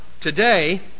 today